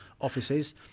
offices